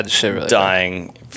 dying